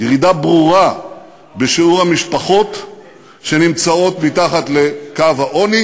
ירידה ברורה בשיעור המשפחות שנמצאות מתחת לקו העוני,